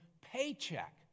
paycheck